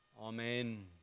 Amen